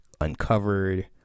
uncovered